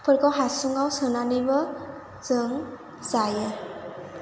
फोरखौ हासुङाव सोनानैबो जों जायो